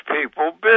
people